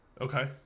Okay